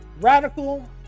radical